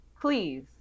Please